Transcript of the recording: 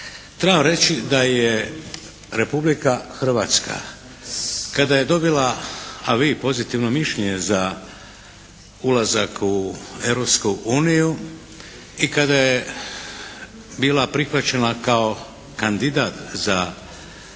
trebam reći da je Republika Hrvatska kada je dobila a vis pozitivno mišljenje za ulazak u Europsku uniju i kada je bila prihvaćena kao kandidat za članstvo